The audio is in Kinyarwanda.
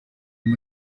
ari